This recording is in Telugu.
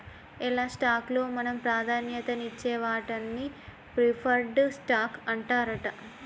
ఎలా స్టాక్ లో మనం ప్రాధాన్యత నిచ్చే వాటాన్ని ప్రిఫర్డ్ స్టాక్ అంటారట